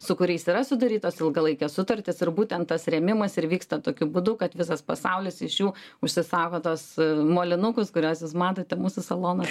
su kuriais yra sudarytos ilgalaikės sutartys ir būtent tas rėmimas ir vyksta tokiu būdu kad visas pasaulis iš jų užsisako tuos molinukus kuriuos jūs matote mūsų salonuose